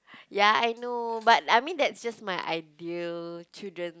ya I know but I mean that's just my ideal children